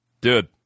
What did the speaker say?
Dude